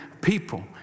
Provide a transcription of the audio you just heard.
people